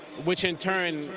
which in turn,